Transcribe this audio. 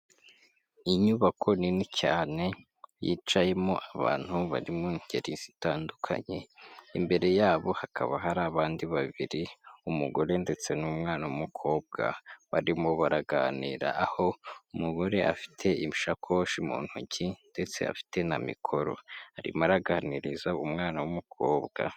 Inyubako nini cyane yicayemo abantu bari mu ngeri zitandukanye, imbere yabo hakaba hari abandi babiri umugore ndetse n'umwana w'umukobwa barimo baraganira, aho umugore afite ishakoshi mu ntoki ndetse afite na mikoro arimo araganiriza umwana w'umukobwa.